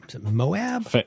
Moab